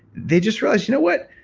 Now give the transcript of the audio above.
they just realized, you know what?